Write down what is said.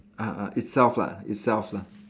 ah ah itself lah itself lah